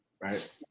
right